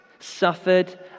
suffered